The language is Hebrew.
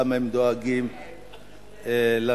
כמה הם דואגים למדינה,